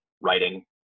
writing